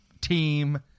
Team